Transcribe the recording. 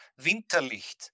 Winterlicht